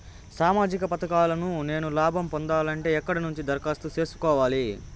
సామాజిక పథకాలను నేను లాభం పొందాలంటే ఎక్కడ నుంచి దరఖాస్తు సేసుకోవాలి?